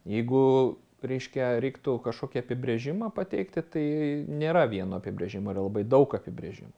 jeigu reiškia reiktų kažkokį apibrėžimą pateikti tai nėra vieno apibrėžimo yra labai daug apibrėžimų